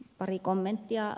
pari kommenttia